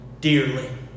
dearly